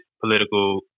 political